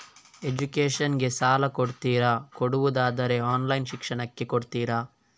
Education ಗೆ ಸಾಲ ಕೊಡ್ತೀರಾ, ಕೊಡುವುದಾದರೆ ಆನ್ಲೈನ್ ಶಿಕ್ಷಣಕ್ಕೆ ಕೊಡ್ತೀರಾ?